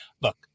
look